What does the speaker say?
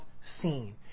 seen